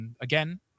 again